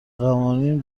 قوانین